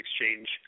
exchange